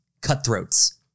Cutthroats